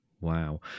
wow